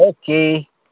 okay